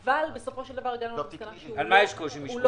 אבל בסופו של דבר הגענו למסקנה שהוא לא